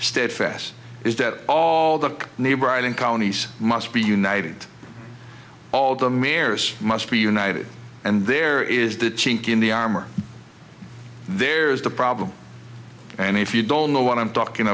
steadfast is that all the neighbor island counties must be united all the mayors must be united and there is the chink in the armor there is the problem and if you don't know what i'm talking